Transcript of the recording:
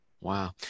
Wow